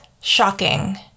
shocking